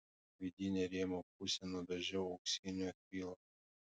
vidinę rėmo pusę nudažiau auksiniu akrilu